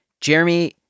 Jeremy